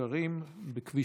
בבקרים בכביש